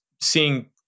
seeing